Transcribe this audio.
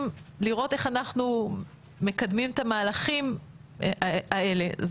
לראות איך אנחנו מקדמים את המהלכים האלה.